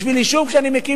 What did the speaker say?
בשביל יישוב שאני מקים,